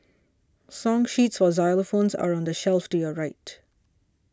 song sheets for xylophones are on the shelf to your right